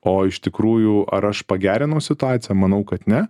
o iš tikrųjų ar aš pagerinau situaciją manau kad ne